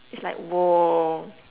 it's like !woah!